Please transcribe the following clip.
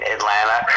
Atlanta